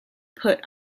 put